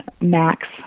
Max